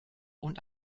und